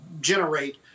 generate